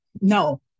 no